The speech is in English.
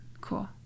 Cool